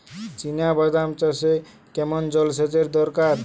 চিনাবাদাম চাষে কেমন জলসেচের দরকার?